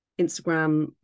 Instagram